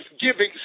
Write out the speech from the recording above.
giving